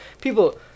people